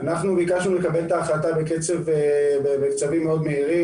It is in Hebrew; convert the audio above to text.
ביקשנו לקבל את ההמלצות של הגופים בקצב מהיר.